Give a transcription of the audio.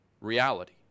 reality